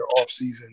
offseason